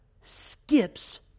skips